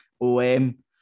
OM